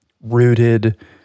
rooted